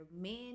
Men